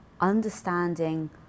understanding